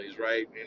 right